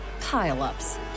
pile-ups